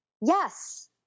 yes